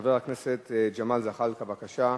חבר הכנסת ג'מאל זחאלקה, בבקשה,